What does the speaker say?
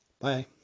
Bye